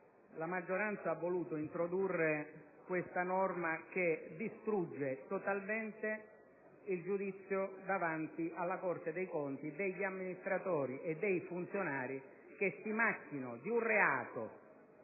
la maggioranza ha voluto introdurre questa norma che distrugge totalmente il giudizio davanti alla Corte dei conti degli amministratori e dei funzionari che si macchino di un reato